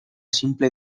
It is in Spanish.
simple